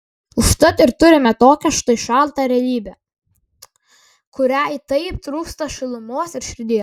užtat ir turime tokią štai šaltą realybę kuriai taip trūksta šilumos ir širdies